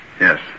Yes